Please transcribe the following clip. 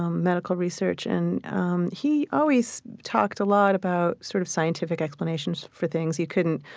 um medical research. and um he always talked a lot about sort of scientific explanations for things. you couldn't,